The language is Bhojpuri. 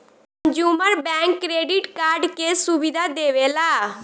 कंजूमर बैंक क्रेडिट कार्ड के सुविधा देवेला